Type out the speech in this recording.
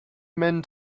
men